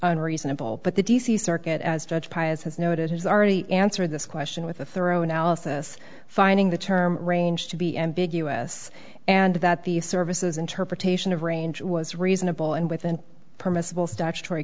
unreasonable but the d c circuit as judge paez has noted has already answered this question with a thorough analysis finding the term range to be ambiguous and that the services interpretation of range was reasonable and within permissible statutory